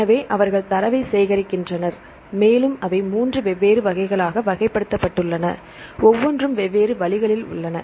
எனவே அவர்கள் தரவைச் சேகரிக்கின்றனர் மேலும் அவை 3 வெவ்வேறு வகைகளாக வகைப்படுத்தப்பட்டுள்ளன ஒவ்வொன்றும் வெவ்வேறு வழிகளில் உள்ளன